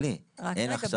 לא להיכנס לתוך